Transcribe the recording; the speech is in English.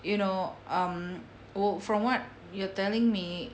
you know um from what you're telling me